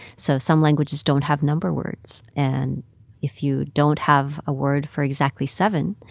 so some languages don't have number words. and if you don't have a word for exactly seven,